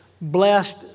blessed